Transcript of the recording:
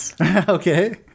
Okay